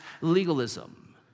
legalism